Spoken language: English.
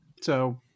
So-